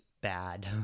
bad